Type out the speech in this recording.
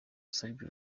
yasabye